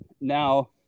now